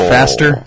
Faster